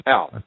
Out